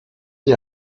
die